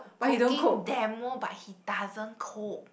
cooking demo but he doesn't cook